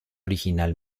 original